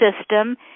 system